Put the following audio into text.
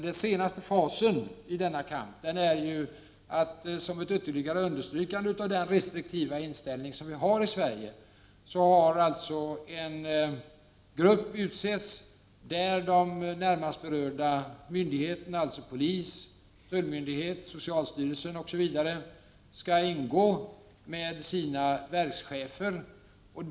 Den senaste fasen i denna kamp, som är ett ytterligare understrykande av den restriktiva inställning vi har i Sverige är att en grupp har utsetts där de närmast berörda myndigheterna med verkschefer skall ingå — polis, tull, socialstyrelsen osv.